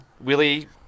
Willie